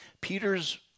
Peter's